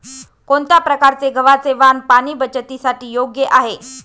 कोणत्या प्रकारचे गव्हाचे वाण पाणी बचतीसाठी योग्य आहे?